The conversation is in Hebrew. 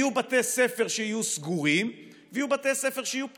יהיו בתי ספר שיהיו סגורים ויהיו בתי ספר שיהיו פתוחים,